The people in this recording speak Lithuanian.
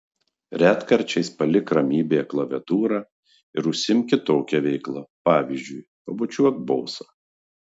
retkarčiais palik ramybėje klaviatūrą ir užsiimk kitokia veikla pavyzdžiui pabučiuok bosą